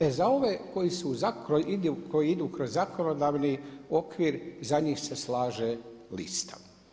E za ove koji idu kroz zakonodavni okvir za njih se slaže lista.